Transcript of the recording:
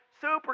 Super